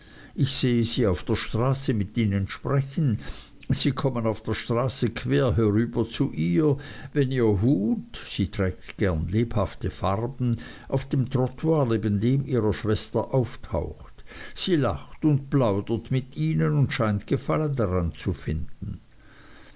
ich sehe sie auf der straße mit ihnen sprechen sie kommen auf der straße quer herüber zu ihr wenn ihr hut sie trägt gern lebhafte farben auf dem trottoir neben dem ihrer schwester auftaucht sie lacht und plaudert mit ihnen und scheint gefallen daran zu finden